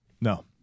no